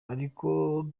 ariko